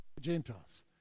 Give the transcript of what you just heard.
Gentiles